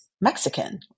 Mexican